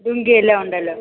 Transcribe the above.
ലുങ്കി എല്ലാം ഉണ്ടല്ലോ